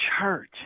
church